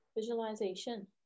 Visualization